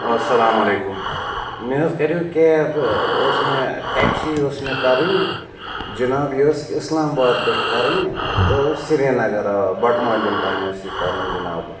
اَلسَلامُ علیکُم مےٚ حظ کَریٛو کیب ٲس مےٚ ٹیٚکسی ٲس مےٚ کَرٕنۍ جناب یہِ ٲس اِسلام آباد پٮ۪ٹھ کَرٕنۍ ٲں تہٕ سرینگَر آ بَٹہٕ مالیٛن تانۍ ٲس یہِ کَرٕنۍ جناب